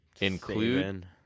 Include